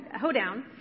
hoedown